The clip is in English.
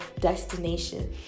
destination